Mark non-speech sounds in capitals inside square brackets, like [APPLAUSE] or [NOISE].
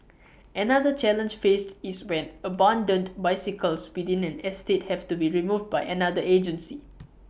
[NOISE] another challenge faced is when abandoned bicycles within an estate have to be removed by another agency [NOISE]